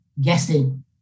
guessing